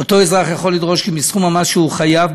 אותו אזרח יכול לדרוש כי מסכום המס שהוא חייב